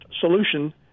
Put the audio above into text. solution